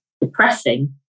depressing